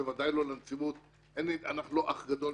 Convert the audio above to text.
בוודאי לא לנציבות אנחנו לא אח גדול,